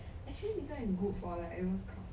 actually